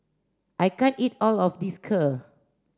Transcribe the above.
I can't eat all of this Kheer